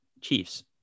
Chiefs